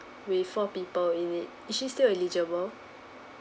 with four people in it is she still eligible